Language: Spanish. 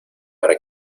para